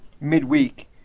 midweek